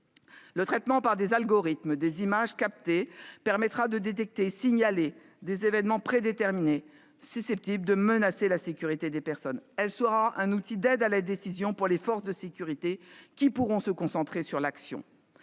Le traitement par des algorithmes des images captées permettra de détecter et de signaler des événements prédéterminés susceptibles de menacer la sécurité des personnes. Il constituera un outil d'aide à la décision pour les forces de sécurité, qui pourront ainsi se concentrer sur l'action.